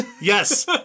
Yes